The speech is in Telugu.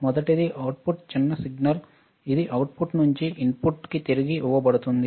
మొదటిది అవుట్పుట్ చిన్న సిగ్నల్ ఇది అవుట్పుట్ నుండి ఇన్పుట్కు తిరిగి ఇవ్వబడుతుంది